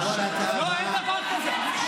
לא, אין דבר כזה.